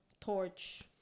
torch